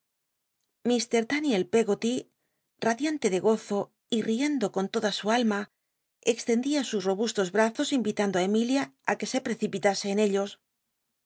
extraot dinario ir daniel pcggoty radiante de gozo y ieudo con toda su alma extendía sus robustos brazos imitando i emilia á que se precipitase en ellos